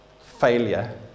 Failure